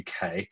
UK